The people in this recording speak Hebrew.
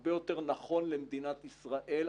הרבה יותר נכון למדינת ישראל,